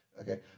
Okay